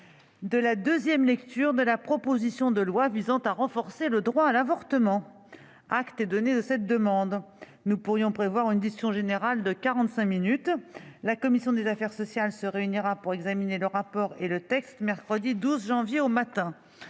de la deuxième lecture de la proposition de loi visant à renforcer le droit à l'avortement. Acte est donné de cette demande. Nous pourrions prévoir une discussion générale de quarante-cinq minutes. La commission des affaires sociales se réunira pour examiner le rapport et le texte mercredi 12 janvier, au matin.